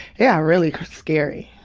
yeah really scary.